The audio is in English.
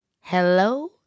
Hello